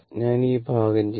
ഞാൻ ഈ ഭാഗംചെയ്യുന്നു